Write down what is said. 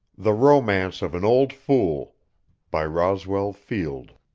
the romance of an old fool by roswell field